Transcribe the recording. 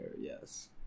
Yes